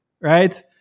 Right